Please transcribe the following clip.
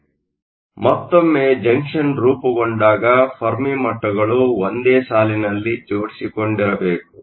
ಆದ್ದರಿಂದ ಮತ್ತೊಮ್ಮೆ ಜಂಕ್ಷನ್ ರೂಪುಗೊಂಡಾಗ ಫೆರ್ಮಿ ಮಟ್ಟಗಳು ಒಂದೇ ಸಾಲಿನಲ್ಲಿ ಜೊಡಿಸಿಕೊಂಡಿರಬೇಕು